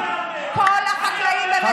אבל שידעו כל החקלאים במדינת ישראל.